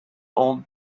old